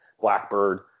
Blackbird